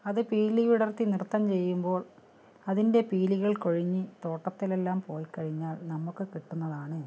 അത് പീലി വിടർത്തി നൃത്തം ചെയ്യുമ്പോൾ അതിൻ്റെ പീലികൾ കൊഴിഞ്ഞ് തോട്ടത്തിലെല്ലാം പോയി കഴിഞ്ഞാൽ നമുക്ക് കിട്ടുന്നതാണ്